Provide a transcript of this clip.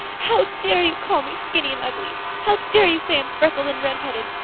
how dare you call me skinny and ugly? how dare you say i'm freckled and redheaded?